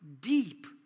deep